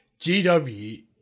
GW